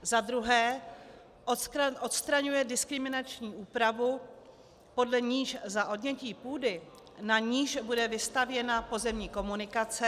Za druhé odstraňuje diskriminační úpravu, podle níž za odnětí půdy, na níž bude vystavěna pozemní komunikace